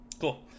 Cool